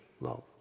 love